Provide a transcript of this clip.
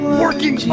working